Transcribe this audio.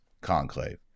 conclave